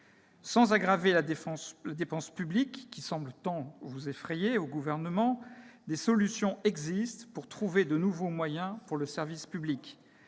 Sans aggraver la dépense publique, qui semble tant effrayer le Gouvernement, des solutions existent pour trouver de nouveaux moyens pour le service public.